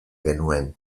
genuen